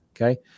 Okay